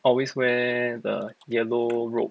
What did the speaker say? always wear the yellow robe